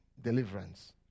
Deliverance